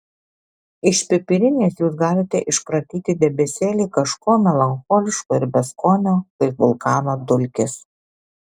iš pipirinės jūs galite iškratyti debesėlį kažko melancholiško ir beskonio kaip vulkano dulkės